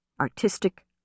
artistic